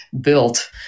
built